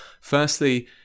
Firstly